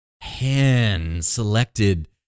hand-selected